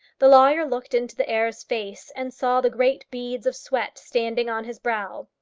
the lawyer looked into the heir's face, and saw the great beads of sweat standing on his brow.